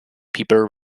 piper